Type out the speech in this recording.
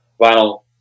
vinyl